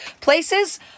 places